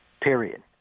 period